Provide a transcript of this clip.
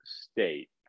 State